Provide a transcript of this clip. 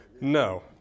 No